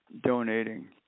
donating